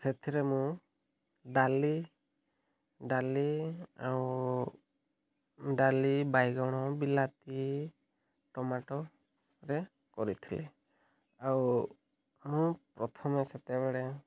ସେଥିରେ ମୁଁ ଡାଲି ଡାଲି ଆଉ ଡାଲି ବାଇଗଣ ବିଲାତି ଟମାଟରେ କରିଥିଲି ଆଉ ମୁଁ ପ୍ରଥମେ ସେତେବେଳେ